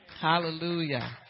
Hallelujah